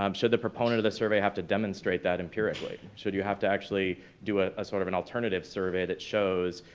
um should the proponent of the survey have to demonstrate that empirically? should you have to actually do a sort of an alternative survey that shows,